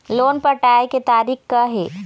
Loan पटाए के तारीख़ का हे?